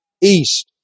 east